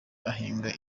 ahinga